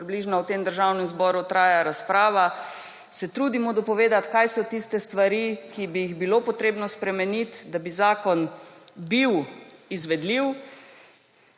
približno v tem Državnem zboru traja razprava, se trudimo dopovedati, kaj so tiste stvari, ki bi jih bilo potrebno spremeniti, da bi zakon bil izvedljiv.